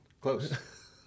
Close